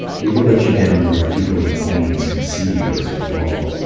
we will let you down where your people on the plains can see you as you fall.